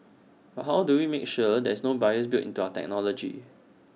how do we make sure there is no bias built into our technology